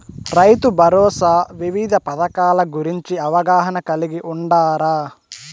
రైతుభరోసా వివిధ పథకాల గురించి అవగాహన కలిగి వుండారా?